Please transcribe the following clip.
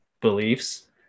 beliefs